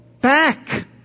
back